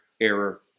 error